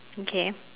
okay